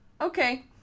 okay